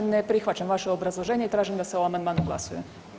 Ne prihvaćam vaše obrazloženje i tražim da se o amandmanu glasuje.